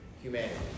Humanity